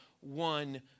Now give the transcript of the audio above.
one